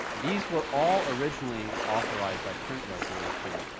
these were all originally authorized by print resolution,